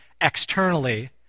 externally